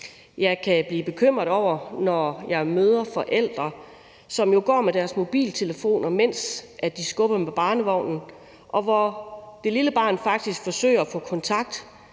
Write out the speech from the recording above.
Jeg kan blive bekymret, når jeg møder forældre, som går med deres mobiltelefon, mens de skubber barnevognen, og hvor det lille barn jo faktisk forsøger at få kontakt